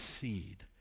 seed